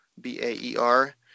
b-a-e-r